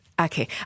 okay